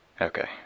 Okay